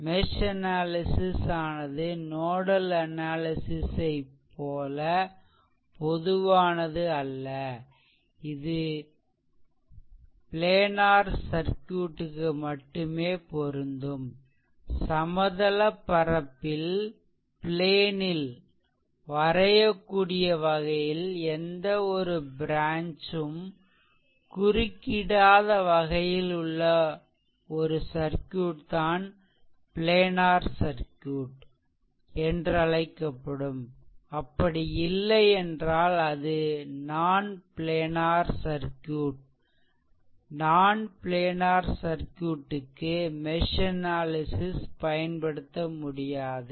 mesh analysis ஆனது nodal analysis ஐப் போல பொதுவானது அல்ல இது ப்லேனார் சர்க்யூட் க்கு மட்டுமே பொருந்தும் சமதளப்பரப்பில் வரையக்கூடிய வகையில் எந்த ஒரு ப்ரான்ச் ம் குறுக்கிடாத வகையில் உள்ள சர்க்யூட் தான் ப்லேனார் சர்க்யூட் என்றழைக்கப்படும் அப்படி இல்லை என்றால் அது non planar circuit non planar circuit க்கு மெஷ் அனாலிசிஷ் பயன்படுத்த முடியாது